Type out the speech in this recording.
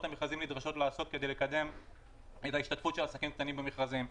המכרזים נדרשות לעשות כדי לקדם השתתפות עסקים קטנים במכרזים.